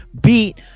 beat